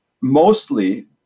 mostly